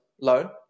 loan